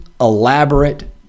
elaborate